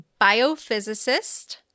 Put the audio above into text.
biophysicist